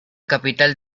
capital